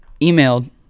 emailed